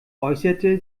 äußerte